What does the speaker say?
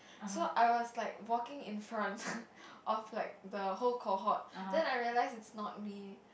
so I was like walking in front of like the whole cohort then I realised it's not me